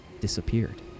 disappeared